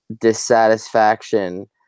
dissatisfaction